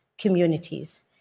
communities